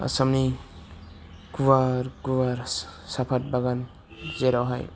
आसामनि गुवार गुवार साफाट बागान जेरावहाय